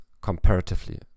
comparatively